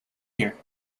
here